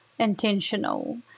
intentional